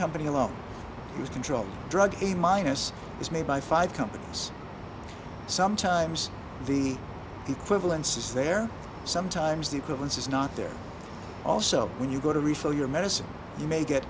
company alone is controlled drug a minus is made by five companies sometimes the equivalence is there sometimes the equipment is not there also when you go to refill your medicine you may get